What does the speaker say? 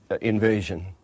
invasion